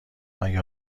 مگه